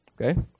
Okay